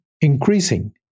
increasing